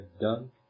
done